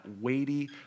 weighty